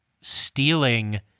stealing